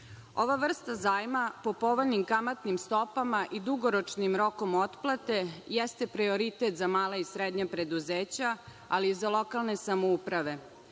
vrsta zajma po povoljnim kamatnim stopama i dugoročnim rokom otplate jeste prioritet za mala i srednja preduzeća, ali i za lokalne samouprave,